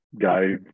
guy